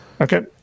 Okay